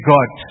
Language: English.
God